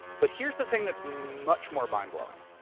but here's the thing that's much more mind-blowing.